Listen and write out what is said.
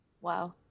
Wow